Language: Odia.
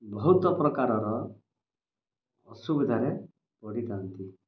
ବହୁତ ପ୍ରକାରର ଅସୁବିଧାରେ ପଡ଼ିଥାନ୍ତି